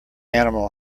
animal